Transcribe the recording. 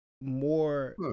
more